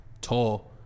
Tall